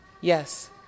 Yes